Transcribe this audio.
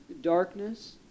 darkness